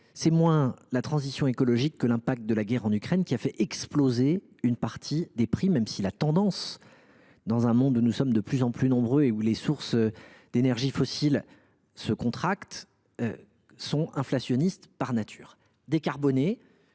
c’est moins la transition écologique que la guerre en Ukraine qui a fait exploser une partie des prix, même si, dans un monde où nous sommes de plus en plus nombreux et où les sources d’énergies fossiles se contractent, la tendance est par nature inflationniste.